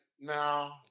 Now